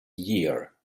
year